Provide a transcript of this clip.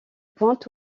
pointe